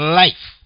life